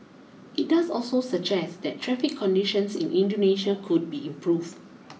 it does also suggest that traffic conditions in Indonesia could be improved